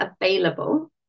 available